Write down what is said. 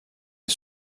est